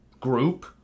group